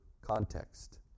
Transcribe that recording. context